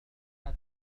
بحذر